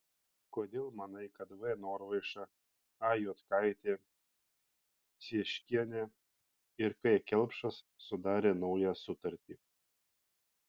kodėl manai kad v norvaiša a juodkaitė cieškienė ir k kelpšas sudarė naują sutartį